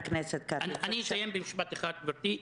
אני אסיים במשפט אחד, גברתי.